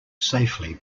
safely